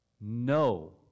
no